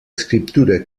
escriptura